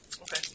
Okay